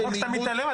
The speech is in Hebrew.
לא רק שאתה מתעלם.